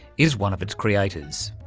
is one of its creators.